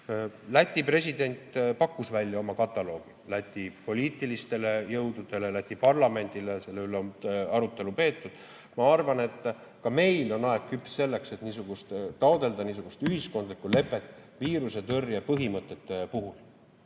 Läti president pakkus välja oma kataloogi Läti poliitilistele jõududele, Läti parlamendile. Selle üle on arutelu peetud. Ma arvan, et ka meil on aeg küps selleks, et taotleda niisugust ühiskondlikku lepet viiruse tõrje põhimõtete puhul.